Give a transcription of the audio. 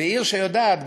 ועיר שיודעת,